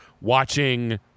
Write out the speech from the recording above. watching